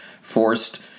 forced